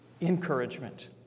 encouragement